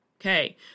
Okay